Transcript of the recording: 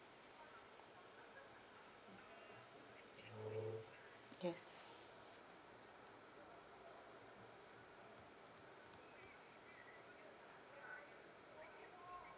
yes